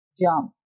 jump